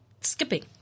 skipping